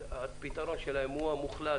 הפתרון שלהם הוא המוחלט,